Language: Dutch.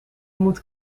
moet